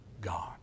God